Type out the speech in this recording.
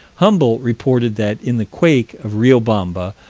humboldt reported that, in the quake of riobamba,